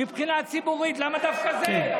מבחינה ציבורית, למה דווקא זה?